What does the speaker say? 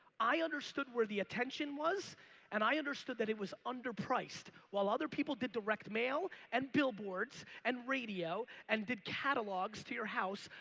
i understood where the attention was and i understood that it was underpriced. while other people did direct mail and billboards and radio and did catalogs to your house,